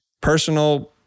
personal